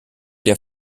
der